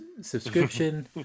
subscription